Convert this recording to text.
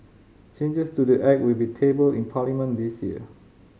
changes to the Act will be tabled in Parliament this year